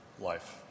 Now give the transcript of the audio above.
life